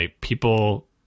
people